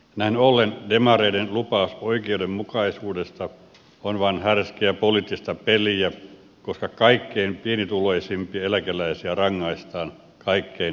näin ollen demareiden lupaus oikeudenmukaisuudesta on vain härskiä poliittista peliä koska kaikkein pienituloisimpia eläkeläisiä rangaistaan kaikkein eniten